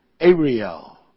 Ariel